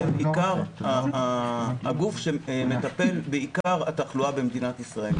שהן הגוף העיקרי שמטפל בעיקר התחלואה במדינת ישראל,